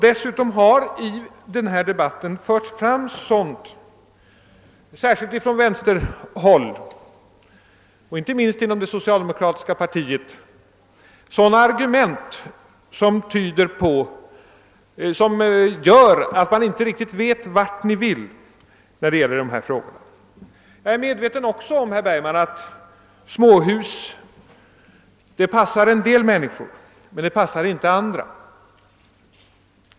Dessutom har i denna debatt särskilt från vänsterhåll, och inte minst inom «det socialdemokratiska partiet, framförts sådana argument som gör att man inte riktigt vet vart ni vill komma när det gäller dessa frågor. Jag är också medveten om, herr Bergman, att småhusen passar en del människor men inte andra.